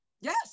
Yes